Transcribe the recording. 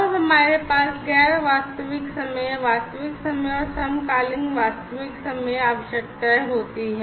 तब हमारे पास गैर वास्तविक समय वास्तविक समय और समकालिक वास्तविक समय आवश्यकताएं होती हैं